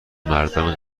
مردان